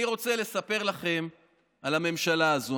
אני רוצה לספר לכם על הממשלה הזו.